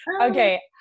okay